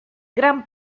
gran